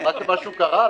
משהו קרה?